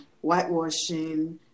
whitewashing